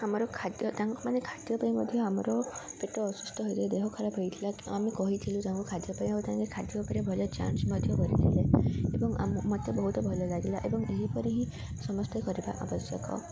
ଆମର ଖାଦ୍ୟ ତାଙ୍କୁ ମାନେ ଖାଦ୍ୟ ପାଇଁ ମଧ୍ୟ ଆମର ପେଟ ଅସୁସ୍ଥ ହେଲେ ଦେହ ଖରାପ ହେଇଥିଲା ଆମେ କହିଥିଲୁ ତାଙ୍କୁ ଖାଦ୍ୟ ପାଇଁ ଆଉ ତାଙ୍କେ ଖାଦ୍ୟ ଉପରେ ଭଲ ଯାଞ୍ଚ ମଧ୍ୟ କରିଥିଲେ ଏବଂ ମୋତେ ବହୁତ ଭଲ ଲାଗିଲା ଏବଂ ଏହିପରି ହିଁ ସମସ୍ତେ କରିବା ଆବଶ୍ୟକ